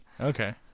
Okay